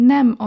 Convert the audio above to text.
Nem